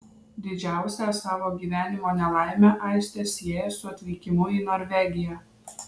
didžiausią savo gyvenimo nelaimę aistė sieja su atvykimu į norvegiją